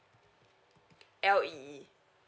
L E E